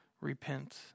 repent